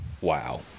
Wow